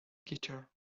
guitar